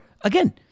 again